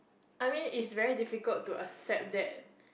I mean it's very difficult to accept that